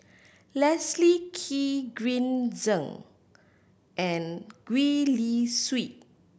Leslie Kee Green Zeng and Gwee Li Sui